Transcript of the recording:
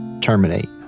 terminate